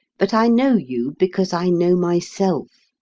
but i know you because i know myself.